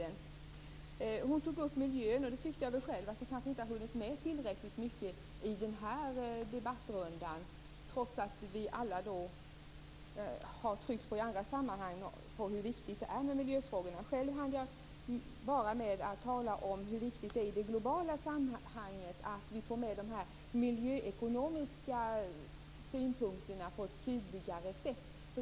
Helena Nilsson tog upp miljön. Jag tycker själv att vi kanske inte har hunnit med den tillräckligt mycket i den här debattrundan, trots att vi alla i andra sammanhang har tryckt på hur viktigt det är med miljöfrågorna. Jag hann bara tala om hur viktigt det är i det globala sammanhanget att vi på ett tydligare sätt får med de miljöekonomiska synpunkterna.